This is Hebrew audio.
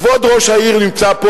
כבוד ראש העיר נמצא פה,